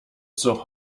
zur